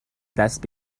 دست